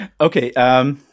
Okay